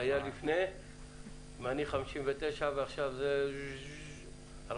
מעבר לזה זה לא